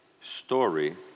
story